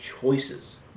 choices